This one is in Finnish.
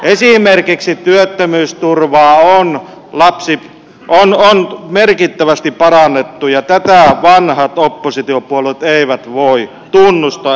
esimerkiksi työttömyysturvaa on merkittävästi parannettu ja tätä vanhat oppositiopuolueet eivät voi tunnustaa eivätkä hyväksyä